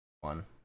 One